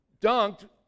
dunked